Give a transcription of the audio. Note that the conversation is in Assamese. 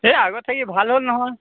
সেই আগত থাকি ভাল হ'ল নহয়